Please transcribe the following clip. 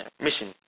mission